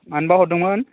मानोबा हरदोंमोन